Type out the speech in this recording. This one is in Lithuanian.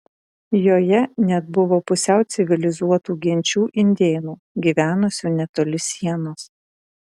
joje net buvo pusiau civilizuotų genčių indėnų gyvenusių netoli sienos